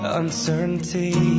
uncertainty